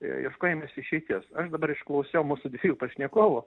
ieškojimas išeities aš dabar išklausiau mūsų dviejų pašnekovų